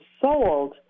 sold